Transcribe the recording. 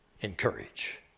encourage